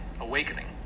Awakening